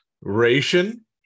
Ration